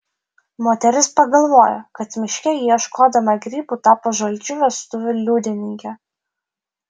moteris pagalvojo kad miške ieškodama grybų tapo žalčių vestuvių liudininke